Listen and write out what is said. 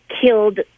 killed